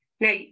Now